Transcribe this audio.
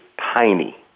tiny